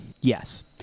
Yes